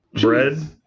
bread